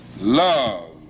love